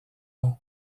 nom